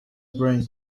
brain